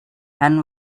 hen